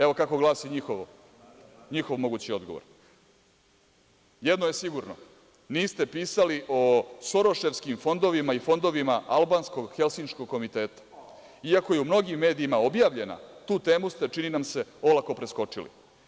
Evo kako glasi njihov moguć odgovor – Jedno je sigurno, niste pisali o Soroševskim fondovima i Fondovima albanskog helsinškog komiteta, iako je u mnogim medijima objavljena, tu temu ste, čini nam se olako preskočili.